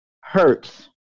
hurts